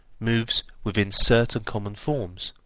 moves within certain common forms,